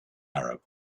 arab